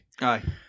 Aye